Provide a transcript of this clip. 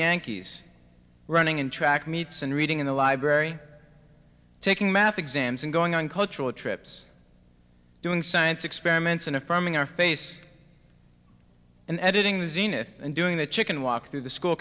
yankees running in track meets and reading in the library taking math exams and going on cultural trips doing science experiments in affirming our face and editing the zenith and doing the chicken walk through the school